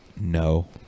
No